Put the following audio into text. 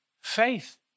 Faith